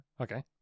Okay